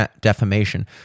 defamation